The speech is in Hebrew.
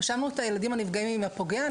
הושבנו את הילדים הנפגעים עם הפוגע?